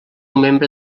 membre